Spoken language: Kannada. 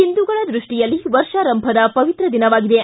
ಹಿಂದುಗಳ ದೃಷ್ಟಿಯಲ್ಲಿ ವರ್ಷಾರಂಭದ ಪವಿತ್ರ ದಿನವಾಗಿದೆ